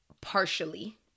partially